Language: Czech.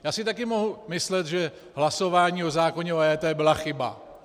Já si také mohu myslet, že hlasování o zákoně o EET byla chyba.